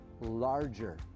larger